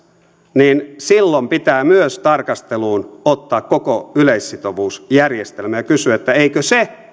niin silloin pitää myös tarkasteluun ottaa koko yleissitovuusjärjestelmä ja kysyä että eikö se